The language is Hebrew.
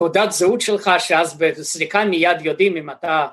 ‫תעודת זהות שלך שאז בסריקה ‫מיד יודעים אם אתה...